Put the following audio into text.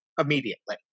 immediately